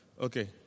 Okay